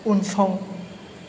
उनसं